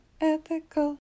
ethical